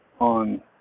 on